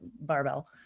barbell